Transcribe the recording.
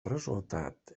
resultat